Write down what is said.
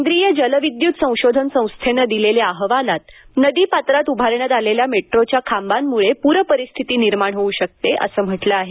केंद्रीय जल विद्युत संशोधन संस्थेनं दिलेल्या अहवालात नदीपात्रात उभारण्यात आलेल्या मेट्रोच्या खांबामुळे प्ररपरिस्थिती निर्माण होऊ शकते असं म्हटलं आहे